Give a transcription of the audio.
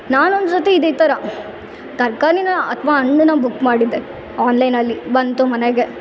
ನಾನೊಂದು ಸರ್ತಿ ಇದೇ ಈ ಥರ ತರ್ಕಾರಿನ ಅಥ್ವ ಹಣ್ಣನ್ನ ಬುಕ್ ಮಾಡಿದ್ದೆ ಆನ್ಲೈನಲ್ಲಿ ಬಂತು ಮನೆಗೆ